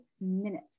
minute